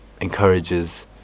encourages